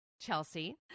Chelsea